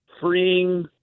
freeing